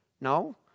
No